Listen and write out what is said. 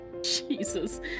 Jesus